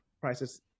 prices